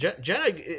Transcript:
Jenna